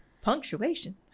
punctuation